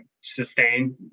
sustain